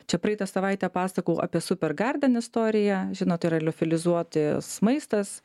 čia praeitą savaitę pasakojau apie supergarden istoriją žinot yra liofilizuotas maistas